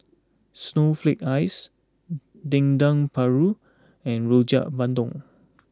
Snowflake Ice Dendeng Paru and Rojak Bandung